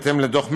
בהתאם לדוח מלץ,